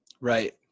Right